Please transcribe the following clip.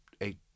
eight